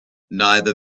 neither